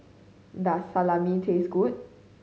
does Salami taste good